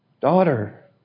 daughter